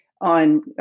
on